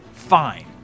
Fine